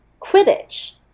Quidditch